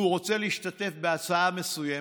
והוא רוצה להשתתף בהצעה מסוימת,